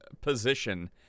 position